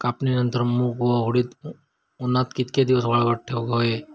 कापणीनंतर मूग व उडीद उन्हात कितके दिवस वाळवत ठेवूक व्हये?